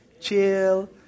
Chill